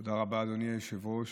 תודה רבה, אדוני היושב-ראש.